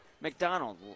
McDonald